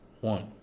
One